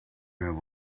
have